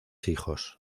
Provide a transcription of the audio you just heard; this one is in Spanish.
hijos